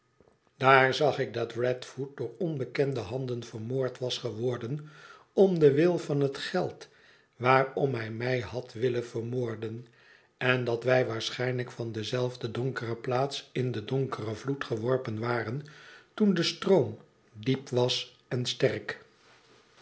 daar zag ik dat radfoot door onbekende handen vermoord was geworden om den wil van het geld waarom hij mij had willen vermoorden en dat wij waarschijnlijk van dezelfde donkere plaats in den donkeren vloed geworpen waren toen de stroom diep was en sterk